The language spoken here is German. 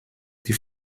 die